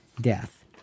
death